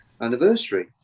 anniversary